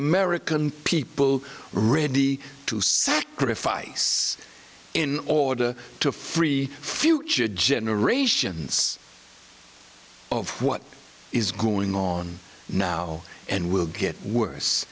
american people ready to sacrifice in order to free future generations of what is going on now and will get worse